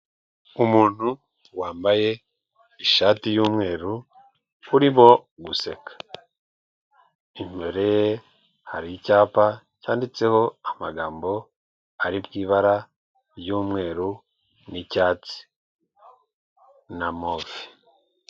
Umuntu wambaye ishati y'umweru urimo guseka, imbere hari icyapa cyanditseho amagambo ari mu ibara ry'umweru n'icyatsi na move.